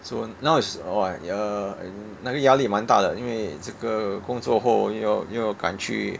so now is oh ya uh and 那个压力蛮大的因为这个工作后又要又要赶去